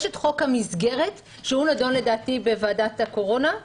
יש את חוק המסגרת שנדון, לדעתי, בוועדת הקורונה,